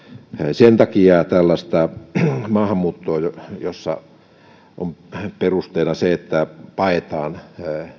sen takia tällaista maahanmuuttoa jossa on perusteena se että paetaan